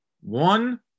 one